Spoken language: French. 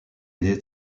été